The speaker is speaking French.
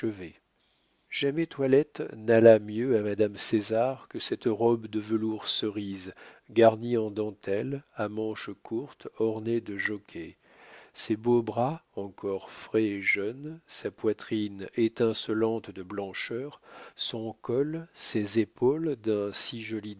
jamais toilette n'alla mieux à madame césar que cette robe de velours cerise garnie en dentelles à manches courtes ornées de jockeis ses beaux bras encore frais et jeunes sa poitrine étincelante de blancheur son col ses épaules d'un si joli